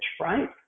right